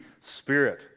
spirit